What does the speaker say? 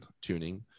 tuning